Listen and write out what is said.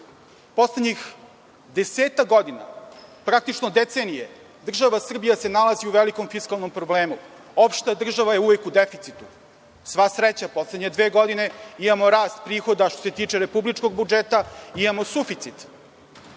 poslednjih desetak godina, praktično deceniju, država Srbija se nalazi u velikom fiskalnom problemu. Opšta država je uvek u deficitu. Sva sreća poslednje dve godine imamo rast prihoda što se tiče republičkog budžeta imamo suficit. Srbija